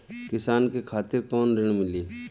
किसान के खातिर कौन ऋण मिली?